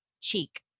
cheek